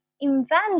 invent